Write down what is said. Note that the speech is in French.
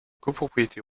copropriété